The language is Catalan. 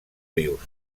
rius